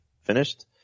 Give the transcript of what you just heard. finished